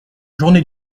journée